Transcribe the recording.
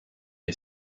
che